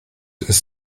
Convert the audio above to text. ist